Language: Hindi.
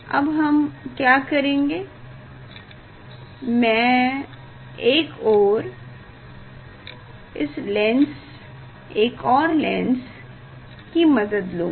अब हम क्या करेंगे मै एक और इस लेंस की मदद लूँगा